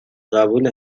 قبول